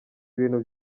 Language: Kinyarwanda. ibintu